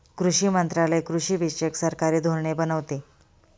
कृषी मंत्रालय कृषीविषयक सरकारी धोरणे बनवते